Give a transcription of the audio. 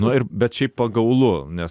na ir bet šiaip pagaulu nes